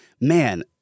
man